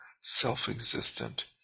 self-existent